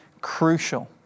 crucial